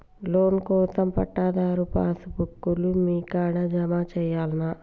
Loan కోసం పట్టాదారు passbook లు మీ కాడా జమ చేయల్నా?